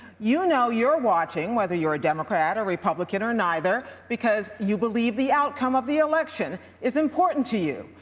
you know you're watching whether you're a democrat, a republican, or neither because you believe the outcome outcome of the election is important to you.